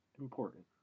important